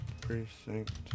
Precinct